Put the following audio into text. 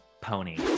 pony